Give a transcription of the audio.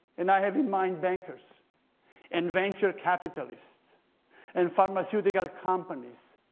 and i have in mind bankers and venture capitalists and pharmaceutical companies.